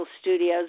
Studios